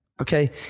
Okay